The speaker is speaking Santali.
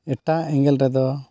ᱮᱴᱟᱜ ᱮᱸᱜᱮᱞ ᱨᱮᱫᱚ